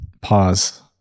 pause